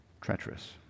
treacherous